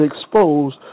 exposed